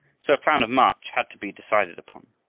so a plan of march had to be decided upon.